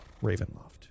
Ravenloft